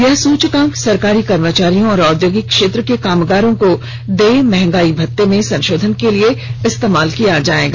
यह सूचकांक सरकारी कर्मचारियों और औद्योगिक क्षेत्र के कामगारों को देय महंगाई भत्ते में संशोधन के लिए इस्तेमाल किया जाएगा